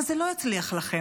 אבל זה לא יצליח לכם,